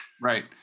Right